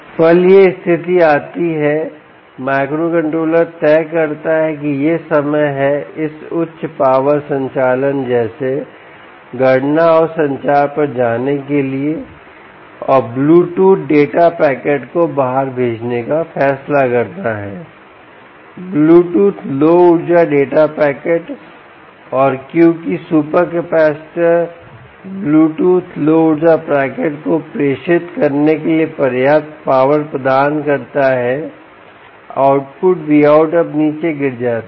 पल यह स्थिति आती है माइक्रोकंट्रोलर तय करता है कि यह समय है इस उच्च पावर संचालन जैसे गणना और संचार पर जाने के लिए और ब्लूटूथ डेटा पैकेट को बाहर भेजने का फैसला करता है ब्लूटूथ लो ऊर्जा डेटा पैकेट और क्योंकि सुपर कैपेसिटर ब्लूटूथ लो ऊर्जा पैकेट को प्रेषित करने के लिए पर्याप्त पावर प्रदान करता है आउटपुट Vout अब नीचे गिर जाता है